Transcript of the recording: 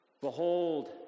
behold